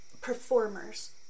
performers